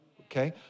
okay